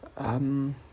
um